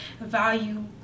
value